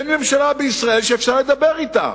אין ממשלה בישראל שאפשר לדבר אתה.